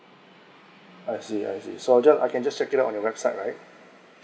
I see I see so I'll just I can just check it out on your website right